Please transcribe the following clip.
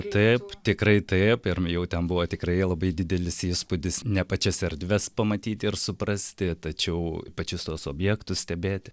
taip tikrai taip ir m jau ten buvo tikrai labai didelis įspūdis ne pačias erdves pamatyt ir suprasti tačiau pačius tuos objektus stebėti